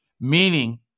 meaning